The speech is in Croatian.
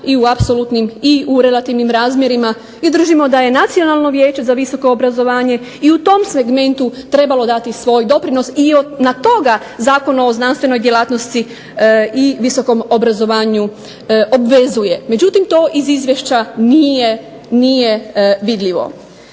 i u apsolutnim i u relativnim razmjerima i držimo da je Nacionalno vijeće za visoko obrazovanje i u tom segmentu trebalo dati svoj doprinos i na toga Zakona o znanstvenoj djelatnosti i visokom obrazovanju obvezuje. Međutim, to iz izvješća nije vidljivo.